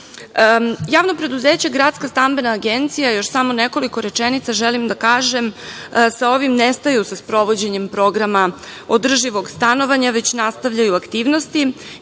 Niš. Javno preduzeće Gradska stambena agencija, još samo nekoliko rečenica želim da kažem, sa ovim ne staju, sa sprovođenjem programa održivog stanovanja, već nastavljaju aktivnosti.